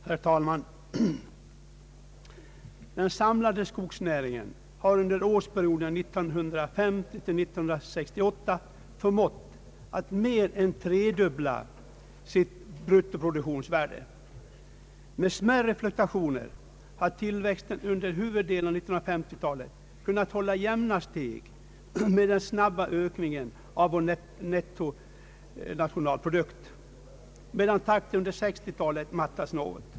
Herr talman! Den samlade skogsnäringen har under perioden 1950—1968 förmått att mer än tredubbla sitt bruttoproduktionsvärde. Med smärre fluktuationer har tillväxten under huvuddelen av 1950-talet kunnat hålla jämna steg med den snabba ökningen av vår nettonationalprodukt, medan takten under 1960-talet har mattats något.